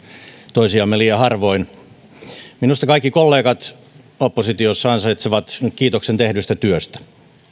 toisiamme liian harvoin minusta kaikki kollegat oppositiossa ansaitsevat nyt kiitoksen tehdystä työstä